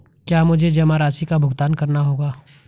क्या मुझे जमा राशि का भुगतान करना होगा?